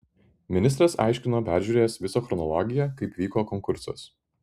ministras aiškino peržiūrėjęs visą chronologiją kaip vyko konkursas